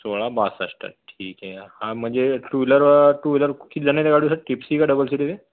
सोळा बासष्ट ठीक आहे आ हां म्हणजे टू व्हीलर टू व्हीलर किती जणं आहे त्या गाडीवर सर टिप्सी का डबल सीट आहे ते